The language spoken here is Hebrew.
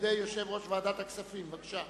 על-ידי יושב-ראש ועדת הכספים, בבקשה.